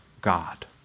God